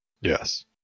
Yes